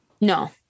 No